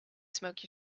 smoke